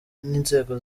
n’inzego